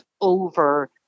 over